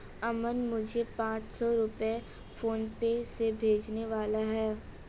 अमन मुझे पांच सौ रुपए फोनपे से भेजने वाला है